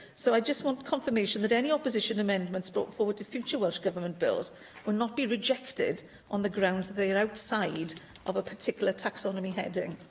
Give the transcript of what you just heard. so i just want confirmation that any opposition amendments brought forward to future welsh government bills will not be rejected on the grounds that they're outside of a particular taxonomy heading.